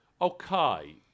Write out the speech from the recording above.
Okay